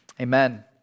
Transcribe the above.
Amen